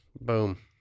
Boom